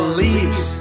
leaves